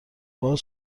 باز